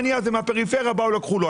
העני הזה מהפריפריה באו ולקחו לו.